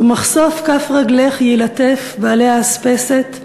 / ומחשוף כף רגלך יילטף בעלי האספסת,